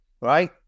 right